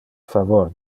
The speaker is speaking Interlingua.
favor